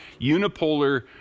Unipolar